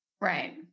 Right